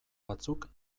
batzuk